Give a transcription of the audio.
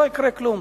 לא יקרה כלום.